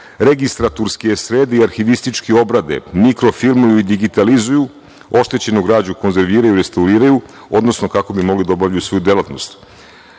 registraturske sredi i arhivistički obrade, mikrofilmovi digitalizuju, oštećenu građu konzerviraju i restauriraju, odnosno kako bi mogli da obavljaju svoju delatnost. Šest,